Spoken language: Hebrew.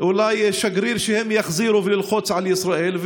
אולי שגריר שהם יחזירו כדי ללחוץ על ישראל,